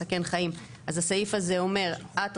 מסכן חיים - אז הסעיף הזה אומר את,